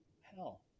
Hell